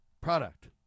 product